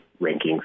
rankings